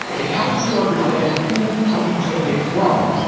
it helps to understand who he took it from.